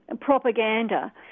propaganda